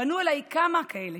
פנו אליי כמה כאלה: